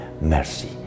Mercy